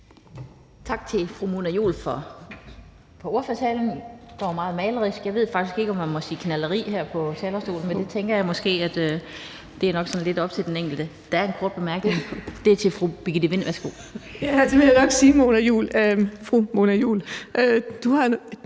Tak til fru Mona Juul for ordførertalen. Den var meget malerisk – jeg ved faktisk ikke, om man må sige »knalderi« her på talerstolen, men det tænker jeg måske nok er sådan lidt op til den enkelte. Der er en kort bemærkning, og det er til fru Birgitte Vind. Værsgo. Kl. 16:35 Birgitte Vind (S): Ja, det vil